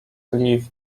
leave